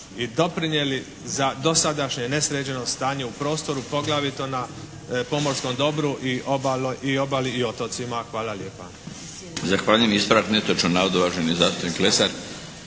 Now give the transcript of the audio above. i doprinijeli za dosadašnje nesređeno stanje u prostoru poglavito na pomorskom dobru i obali i otocima. Hvala lijepa.